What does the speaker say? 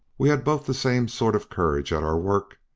we had both the same sort of courage at our work,